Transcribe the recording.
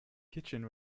kitchen